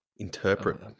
interpret